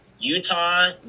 Utah